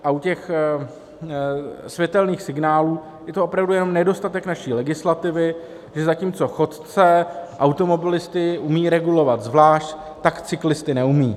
A u těch světelných signálů je to opravdu jenom nedostatek naší legislativy, že zatímco chodce, automobilisty umí regulovat zvlášť, tak cyklisty neumí.